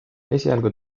esialgu